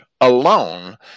alone